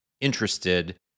interested